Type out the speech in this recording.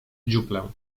dziuplę